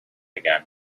again